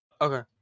Okay